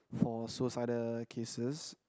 for suicidal cases